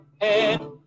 head